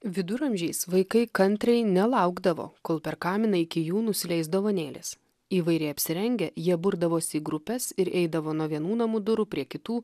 viduramžiais vaikai kantriai nelaukdavo kol per kaminą iki jų nusileis dovanėlės įvairiai apsirengę jie burdavosi į grupes ir eidavo nuo vienų namų durų prie kitų